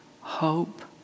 hope